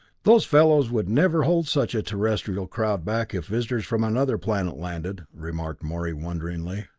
those fellows would never hold such a terrestrial crowd back if visitors from another planet landed! remarked morey wonderingly.